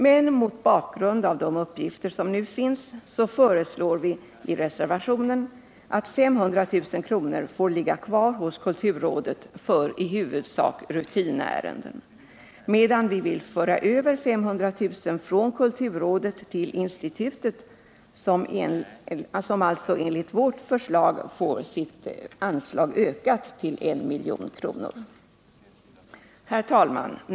Men mot bakgrund av de uppgifter som nu finns föreslår vi i reservationen att 500 000 kr. får ligga kvar hos kulturrådet för i huvudsak rutinärenden, medan vi vill föra över 500 000 kr. från kulturrådet till institutet, som alltså enligt vårt förslag får sitt anslag ökat till I milj.kr. Herr talman!